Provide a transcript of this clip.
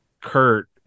Kurt